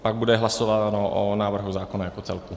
Pak bude hlasováno o návrhu zákona jako celku.